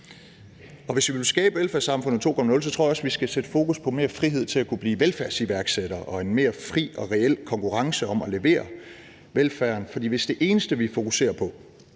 Hvis vi vil skabe velfærdssamfundet 2.0, tror jeg også, vi skal sætte fokus på mere frihed til at kunne blive velfærdsiværksættere og på en mere fri og reel konkurrence om at levere velfærden. For hvis det eneste, vi fokuserer på,